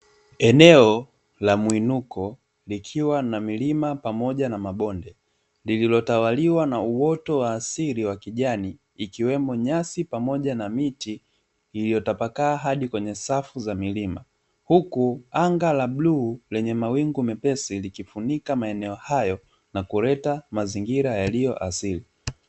Eneo la muinuko likiwa na milima pamoja na mabonde. Lililotawaliwa na uoto wa asili wa kijani ikiwemo nyasi pamoja na miti iliyotapakaa hadi kwenye safu za milima. Huku anga la bluu lenye mawingu meusi likifunika maeneo hayo na kuleta mazingira yaliyo asili.